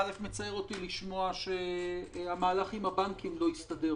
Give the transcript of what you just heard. מצער אותי לשמוע שהמהלך עם הבנקים לא הסתדר